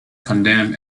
condemn